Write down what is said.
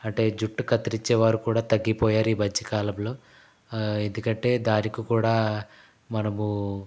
అంటే జుట్టు కత్తిరించే వారు కూడా తగ్గిపోయారు ఈ మధ్యకాలంలో ఎందుకంటే దానికి కూడా మనము